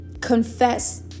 Confess